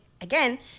again